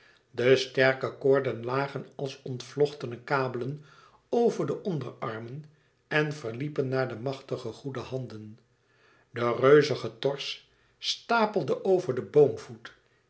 de sterke koorden lagen als ontvlochtene kabelen over de onderarmen en verliepen naar de machtige goede handen de reuzige tors stapelde over den boomvoet